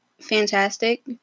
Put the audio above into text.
fantastic